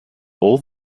all